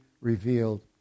revealed